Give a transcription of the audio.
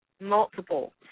multiple